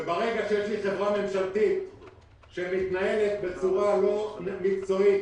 ברגע שיש חברה ממשלתית שמתנהלת בצורה לא מקצועית